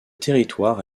territoire